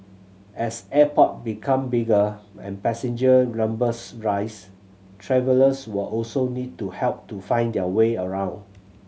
as airport become bigger and passenger numbers rise travellers will also need help to find their way around